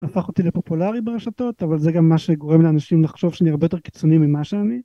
הפך אותי לפופולארי ברשתות אבל זה גם מה שגורם לאנשים לחשוב שאני הרבה יותר קיצוני ממה שאני